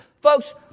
folks